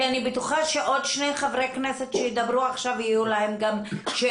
כי אני בטוחה שלעוד שני חברי כנסת שידברו עכשיו יהיו גם שאלות.